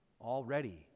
Already